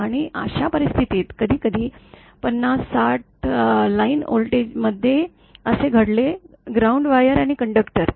आणि अशा परिस्थितीत कधीकधी ५० ६० लाईन व्होल्टेजमध्ये असे घडले ग्राउंड वायर आणि कंडक्टर